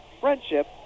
friendship